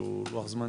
שהוא לוח זמנים.